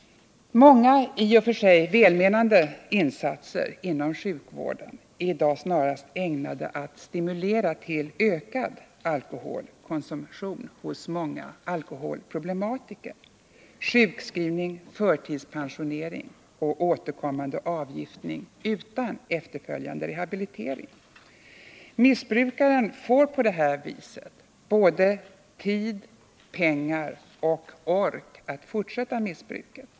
Många i och för sig välmenande insatser inom sjukvården är i dag snarast ägnade att stimulera till ökad alkoholkonsumtion hc ; många alkoholproblematiker: sjukskrivning, förtidspensionering och återkommande avgiftning utan efterföljande rehabilitering. Missbrukaren får på det viset tid, pengar och ork att fortsätta missbruket.